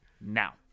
now